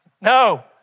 No